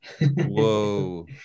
Whoa